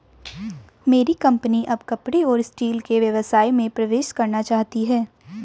मेरी कंपनी अब कपड़े और स्टील के व्यवसाय में प्रवेश करना चाहती है